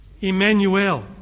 Emmanuel